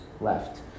left